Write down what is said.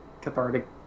cathartic